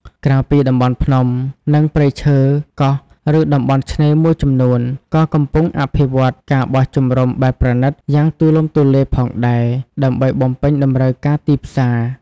ក្រៅពីតំបន់ភ្នំ និងព្រៃឈើ កោះ ឬតំបន់ឆ្នេរមួយចំនួន ក៏កំពុងអភិវឌ្ឍ ការបោះជំរំបែបប្រណីត យ៉ាងទូលំទូលាយផងដែរ ដើម្បីបំពេញតម្រូវការទីផ្សារ។